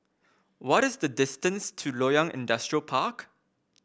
what is the distance to Loyang Industrial Park